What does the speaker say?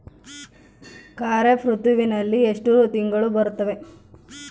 ಖಾರೇಫ್ ಋತುವಿನಲ್ಲಿ ಎಷ್ಟು ತಿಂಗಳು ಬರುತ್ತವೆ?